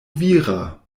vira